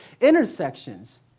intersections